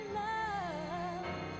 love